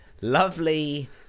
lovely